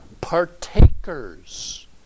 partakers